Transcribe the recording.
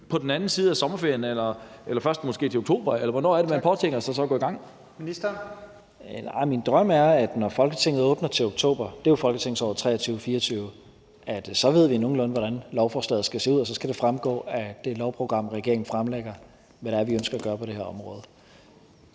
Lahn Jensen): Tak. Ministeren. Kl. 15:19 Børne- og undervisningsministeren (Mattias Tesfaye): Min drøm er, at når Folketinget åbner til oktober – det er jo folketingsåret 2023-24 – så ved vi nogenlunde, hvordan lovforslaget skal se ud, og så skal det fremgå af det lovprogram, regeringen fremlægger, hvad det er, vi ønsker at gøre på det her område.